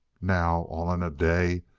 now, all in a day,